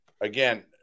again